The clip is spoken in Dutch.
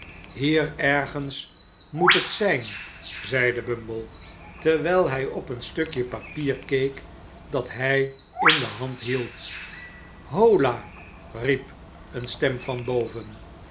hier ergens moet het zijn zeide bumble terwijl hij op een stukje papier keek dat hij in de hand hield hola riep een stem van boven